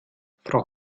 frau